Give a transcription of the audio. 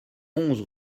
onze